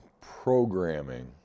programming